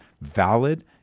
valid